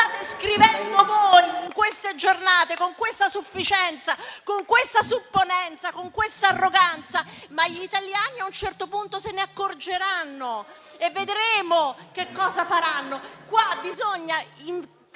scrivendo voi con queste giornate, con questa sufficienza, con questa supponenza, con questa arroganza, ma gli italiani a un certo punto se ne accorgeranno e vedremo che cosa faranno.